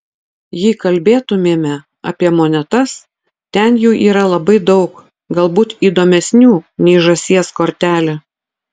jei kalbėtumėme apie monetas ten jų yra labai daug galbūt įdomesnių nei žąsies kortelė